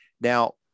Now